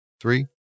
three